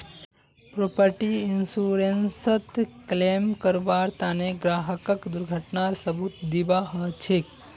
property इन्शुरन्सत claim करबार तने ग्राहकक दुर्घटनार सबूत दीबा ह छेक